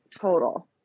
total